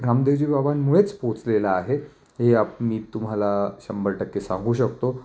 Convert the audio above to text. रामदेवजी बाबांमुळेच पोचलेला आहे हे आप मी तुम्हाला शंभर टक्के सांगू शकतो